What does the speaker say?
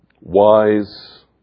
wise